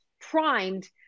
primed